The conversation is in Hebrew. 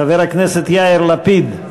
חבר הכנסת יאיר לפיד,